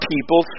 people